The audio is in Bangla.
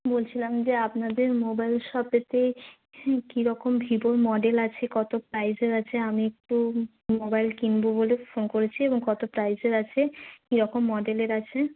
বলছিলাম যে আপনাদের মোবাইল শপেতে কী কী রকম ভিভোর মডেল আছে কত প্রাইসের আছে আমি একটু মোবাইল কিনব বলে ফোন করেছি এবং কত প্রাইসের আছে কী রকম মডেলের আছে